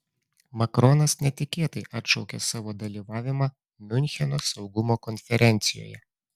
makronas netikėtai atšaukė savo dalyvavimą miuncheno saugumo konferencijoje